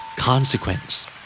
Consequence